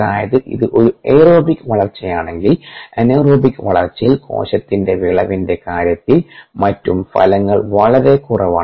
അതായത് ഇത് ഒരു എയറോബിക് വളർച്ചയാണെങ്കിൽ അനോറോബിക് വളർച്ചയിൽ കോശത്തിൻറെ വിളവിന്റെ കാര്യത്തിലും മറ്റും ഫലങ്ങൾ വളരെ കുറവാണ്